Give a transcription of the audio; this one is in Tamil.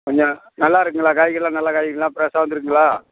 கொஞ்சம் நல்லா இருக்குதுங்களா காய்கறியெலாம் நல்ல காய்கறிங்களா ஃப்ரெஷ்ஷாக வந்திருக்குங்களா